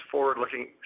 Forward-Looking